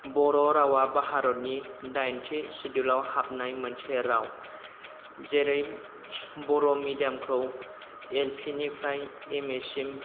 बर' रावा भारतनि दाइनथि सिदुलाव हाबनाय मोनसे राव जेरै बर' मेडियामखौ एल फि निफ्राय एम ए सिम